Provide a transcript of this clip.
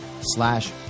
slash